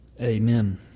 Amen